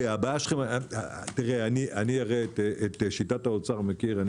אני הרי את שיטת האוצר מכיר.